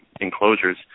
enclosures